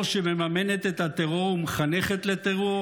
שמממנת את הטרור ומחנכת לטרור?